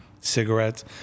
cigarettes